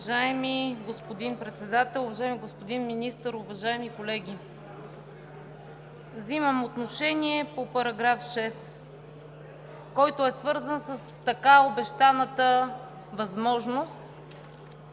Уважаеми господин Председател, уважаеми господин Министър, уважаеми колеги! Взимам отношение по § 6, който е свързан с така обещаната възможност